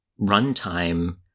runtime